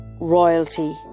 royalty